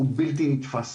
הוא בלתי נתפס.